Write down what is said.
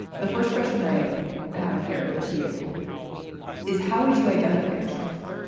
the first question i have here to you is how would you identify yourself,